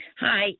Hi